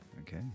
Okay